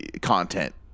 content